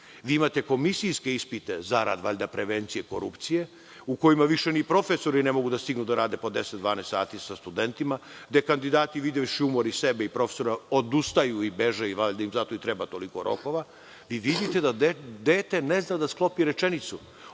Imate komisijske ispite valjda zarad prevencije korupcije, u kojima više ni profesori ne mogu da stignu da rade po 10, 12 sati sa studentima, gde kandidati videvši umor i sebe i profesora odustaju i beže, pa im valjda zato treba toliko rokova. Vi vidite da dete ne zna da sklopi rečenicu.